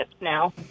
now